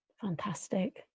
Fantastic